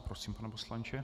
Prosím, pane poslanče.